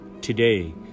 today